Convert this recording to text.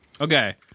Okay